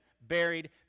buried